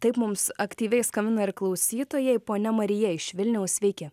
taip mums aktyviai skambina ir klausytojai ponia marija iš vilniaus sveiki